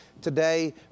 today